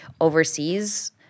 overseas